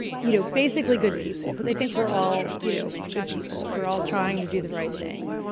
you know, basically good people, because i think we're all you know good people. we're all trying to do the right thing.